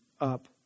up